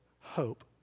hope